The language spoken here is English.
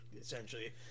essentially